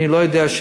לא מגיעים,